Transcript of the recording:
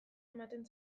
ematen